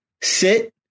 sit